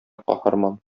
каһарман